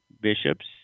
bishops